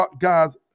guys